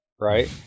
right